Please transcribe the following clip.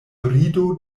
rido